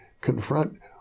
confront